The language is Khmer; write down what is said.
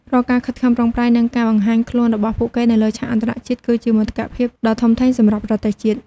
រាល់ការខិតខំប្រឹងប្រែង និងការបង្ហាញខ្លួនរបស់ពួកគេនៅលើឆាកអន្តរជាតិ គឺជាមោទកភាពដ៏ធំធេងសម្រាប់ប្រទេសជាតិ។